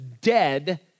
dead